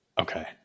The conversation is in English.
okay